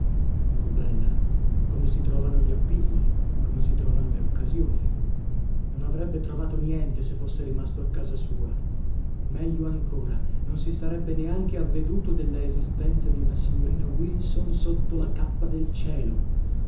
oh bella come si trovano gli appigli come si trovano le occasioni non avrebbe trovato niente se fosse rimasto a casa sua meglio ancora non si sarebbe neanche avveduto della esistenza di una signorina wilson sotto la cappa del cielo